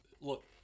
Look